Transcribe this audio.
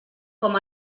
com